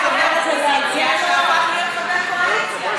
מפני שהיה חבר אופוזיציה שהפך להיות חבר קואליציה.